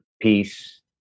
peace